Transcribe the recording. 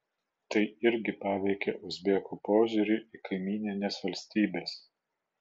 tai irgi paveikė uzbekų požiūrį į kaimynines valstybes